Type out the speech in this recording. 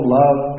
love